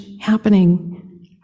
happening